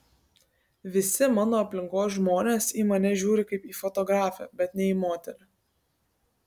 visi mano aplinkos žmonės į mane žiūri kaip į fotografę bet ne į moterį